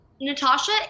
natasha